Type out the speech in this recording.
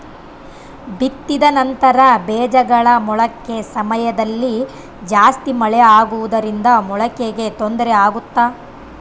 ಬಿತ್ತಿದ ನಂತರ ಬೇಜಗಳ ಮೊಳಕೆ ಸಮಯದಲ್ಲಿ ಜಾಸ್ತಿ ಮಳೆ ಆಗುವುದರಿಂದ ಮೊಳಕೆಗೆ ತೊಂದರೆ ಆಗುತ್ತಾ?